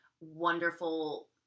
wonderful